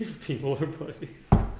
people are pussies